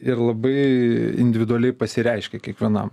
ir labai individualiai pasireiškia kiekvienam